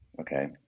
Okay